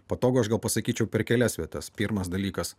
patogu aš gal pasakyčiau per kelias vietas pirmas dalykas